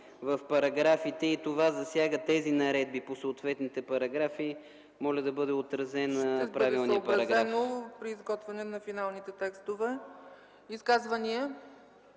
в параграфите и това засяга тези наредби по съответните параграфи, моля да бъде отразен правилният параграф. ПРЕДСЕДАТЕЛ ЦЕЦКА ЦАЧЕВА: Ще бъде съобразено при изготвяне на финалните текстове. Изказвания?